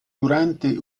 durante